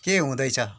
के हुँदै छ